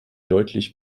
deutlich